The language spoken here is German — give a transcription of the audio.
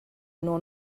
nur